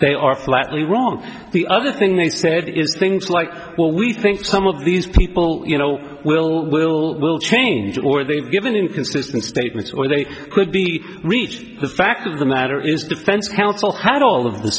they are flatly wrong the other thing they said is things like well we think some of these people you know will will will change or they've given inconsistent statements or they could be reached the fact of the matter is defense counsel had all of the